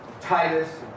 Titus